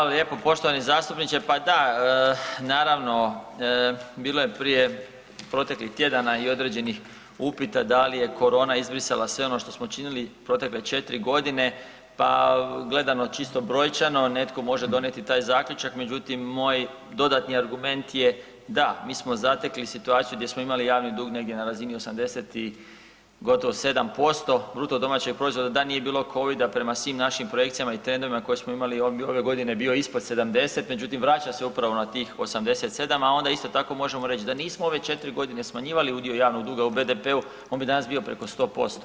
Hvala lijepo poštovani zastupniče, pa da naravno bilo je prije proteklih tjedana i određenih upita da li je korona izbrisala sve ono što smo činili protekle 4 godine pa gledano čisto brojčano netko može donijeti taj zaključak međutim moj dodatni argument je da mi smo zatekli situaciju gdje smo imali javni drug negdje na razini 80 i gotovo 7 posto bruto domaćeg proizvoda, da nije bilo Covida prema svim našim projekcijama i trendovima koje smo imali on bi ove godine bio ispod 70 međutim vraća se upravo na tih 87, a onda isto tako možemo reći da nismo ove 4 godine smanjivali udio javnog duga u BDP-u, on bi danas bio preko 100%